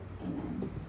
amen